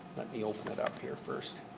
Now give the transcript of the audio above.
let me open it up here first,